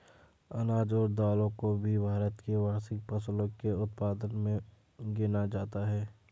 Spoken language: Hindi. अनाज और दालों को भी भारत की वार्षिक फसलों के उत्पादन मे गिना जाता है